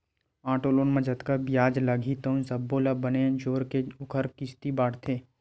auto loan म जतका बियाज लागही तउन सब्बो ल बने जोरके ओखर किस्ती बाटथे